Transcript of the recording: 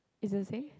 is the same